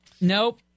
Nope